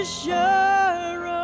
sure